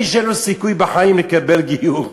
מי שאין לו סיכוי בחיים לקבל גיור.